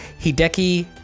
hideki